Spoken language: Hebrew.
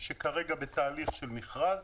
שכרגע בתהליך של מכרז